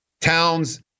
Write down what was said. Towns